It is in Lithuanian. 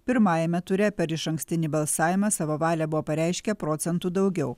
pirmajame ture per išankstinį balsavimą savo valią buvo pareiškę procentu daugiau